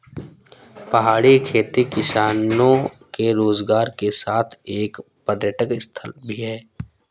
पहाड़ी खेती किसानों के रोजगार के साथ एक पर्यटक स्थल भी है